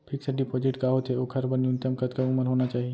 Fix deposit का होथे ओखर बर न्यूनतम कतका उमर होना चाहि?